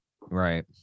Right